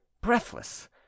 breathless